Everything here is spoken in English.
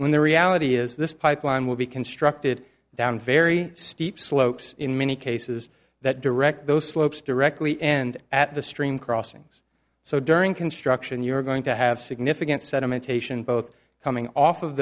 when the reality is this pipeline will be constructed down very steep slopes in many cases that direct those slopes directly end at the stream crossings so during construction you're going to have significant sedimentation both coming off of